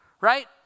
right